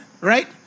right